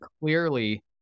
clearly